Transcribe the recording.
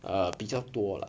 err 比较多 lah